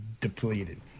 depleted